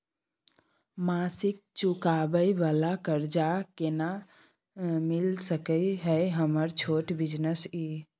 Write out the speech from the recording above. मासिक चुकाबै वाला कर्ज केना मिल सकै इ हमर छोट बिजनेस इ?